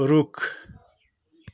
रुख